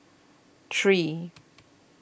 three